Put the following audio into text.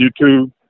YouTube